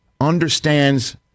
understands